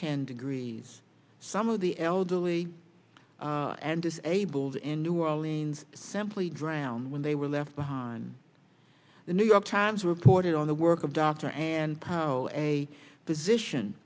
ten degrees some of the elderly and disabled in new orleans simply drowned when they were left behind the new york times reported on the work of dr and co and a position